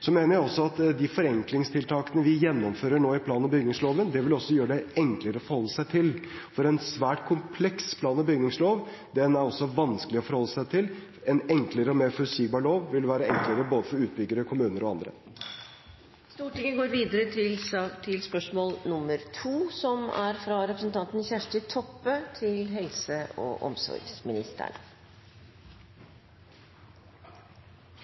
Så mener jeg også at de forenklingstiltakene vi nå gjennomfører i plan- og bygningsloven, vil gjøre det enklere å forholde seg til denne, for en svært kompleks plan- og bygningslov er det vanskelig å forholde seg til. En mer forutsigbar lov vil være enklere både for utbyggere, kommuner og andre. «Stortinget har lovfesta retten til brukarstyrt personleg assistanse for å betre kvardagen for menneske med stort behov for assistanse. Regjeringa skreiv i lovproposisjonen at visjonen er